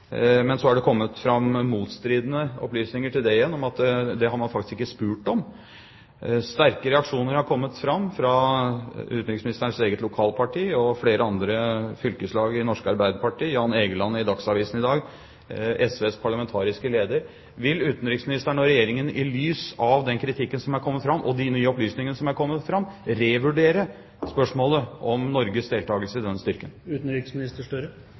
Men så har det kommet fram motstridende opplysninger til det igjen, om at det har man faktisk ikke spurt om. Sterke reaksjoner har kommet fra utenriksministerens eget lokalparti og flere andre fylkeslag i Det norske Arbeiderparti, fra Jan Egeland i Dagsavisen i dag og fra SVs parlamentariske leder. Vil utenriksministeren og Regjeringen i lys av den kritikken som er kommet fram, og de nye opplysningene som er kommet, revurdere spørsmålet om Norges deltakelse i den styrken?